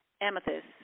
amethyst